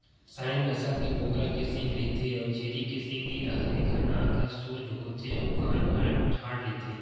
Saanen नसल के बोकरा के सींग रहिथे अउ छेरी के सींग नइ राहय, एखर नाक ह सोज होथे अउ कान ह ठाड़ रहिथे